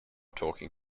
talking